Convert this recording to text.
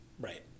Right